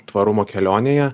tvarumo kelionėje